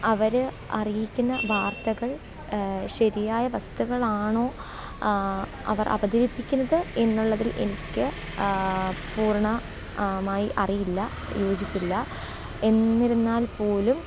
അവർ അറിയിക്കുന്ന വാർത്തകൾ ശരിയായവസ്ഥകളാണൊ അവർ അവതരിപ്പിക്കുന്നത് എന്നുള്ളതിൽ എനിക്ക് പൂർണ്ണ മായി അറിയില്ല യോജിപ്പില്ല എന്നിരുന്നാൽപ്പോലും